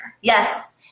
Yes